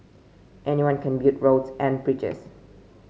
anyone can build roads and bridges